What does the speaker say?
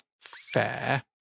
Fair